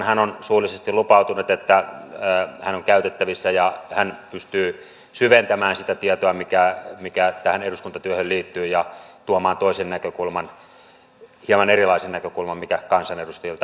hän on suullisesti lupautunut että hän on käytettävissä ja hän pystyy syventämään sitä tietoa mikä tähän eduskuntatyöhön liittyy ja tuomaan toisen näkökulman hieman erilaisen näkökulman kuin mikä kansanedustajilta itseltään nousee